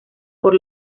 por